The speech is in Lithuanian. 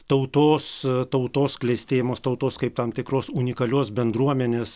tautos tautos klestėjimas tautos kaip tam tikros unikalios bendruomenės